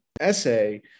essay